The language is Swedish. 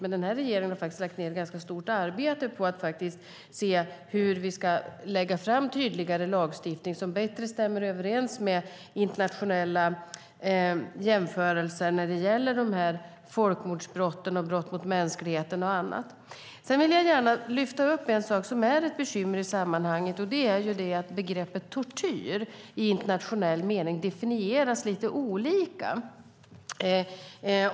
Men den här regeringen har lagt ned ganska stort arbete på att se hur vi kan lägga fram en lagstiftning som är tydligare och bättre stämmer överens med internationella jämförelser när det gäller folkmordsbrott, brott mot mänskligheten och annat. Jag vill gärna ta upp en sak som är ett bekymmer i sammanhanget, och det är att begreppet tortyr i internationell mening definieras lite olika.